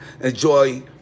Enjoy